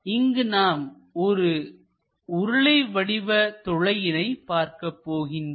இங்கு நாம் ஒரு உருளை வடிவ துளையினை பார்க்கப் போகின்றோம்